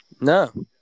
No